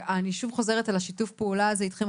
אני שוב חוזרת על שיתוף הפעולה הזה אתכן,